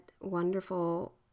wonderful